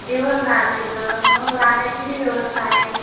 जेवण राहते तिथं हो राहण्याची बी व्यवस्था आहे